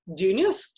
genius